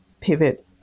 pivot